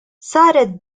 saret